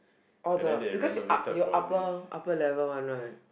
or the because you up you upper upper level [one] right